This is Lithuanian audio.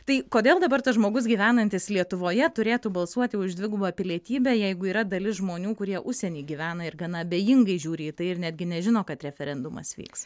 tai kodėl dabar tas žmogus gyvenantis lietuvoje turėtų balsuoti už dvigubą pilietybę jeigu yra dalis žmonių kurie užsieny gyvena ir gana abejingai žiūri į tai ir netgi nežino kad referendumas vyks